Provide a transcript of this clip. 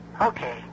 Okay